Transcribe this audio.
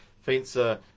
fencer